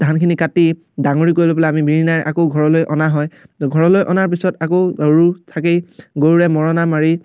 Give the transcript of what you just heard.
ধানখিনি কাটি ডাঙৰি কৰি পেলাই আমি বিৰিণাৰে আকৌ ঘৰলৈ অনা হয় ঘৰলৈ অনাৰ পিছত আকৌ আৰু থাকেই গৰুৰে মৰণা মাৰি